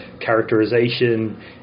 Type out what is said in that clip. characterization